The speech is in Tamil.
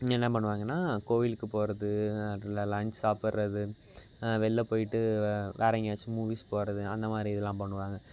என்ன பண்ணுவாங்கன்னால் கோயிலுக்கு போவது லஞ்ச் சாப்பிடுறது வெளில போய்விட்டு வேறு எங்கேயாச்சும் மூவிஸ் போவது அந்த மாதிரி இதெலாம் பண்ணுவாங்க